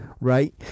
right